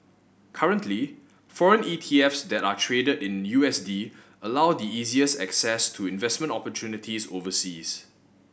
currently foreign ETFs that are traded in U S D allow the easiest access to investment opportunities overseas